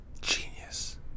Genius